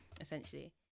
essentially